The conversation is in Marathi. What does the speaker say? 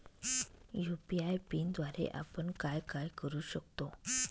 यू.पी.आय पिनद्वारे आपण काय काय करु शकतो?